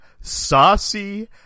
saucy